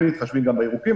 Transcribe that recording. כן מתחשבים גם בירוקים,